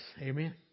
Amen